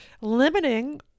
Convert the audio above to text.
limiting